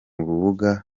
rubuga